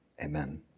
Amen